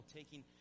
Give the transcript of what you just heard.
taking